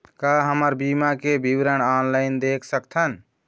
का हमर बीमा के विवरण ऑनलाइन देख सकथन?